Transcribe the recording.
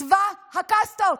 צבא הקסטות.